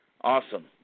awesome